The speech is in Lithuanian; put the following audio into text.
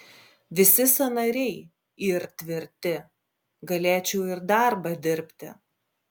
visi sąnariai yr tvirti galėčiau ir darbą dirbti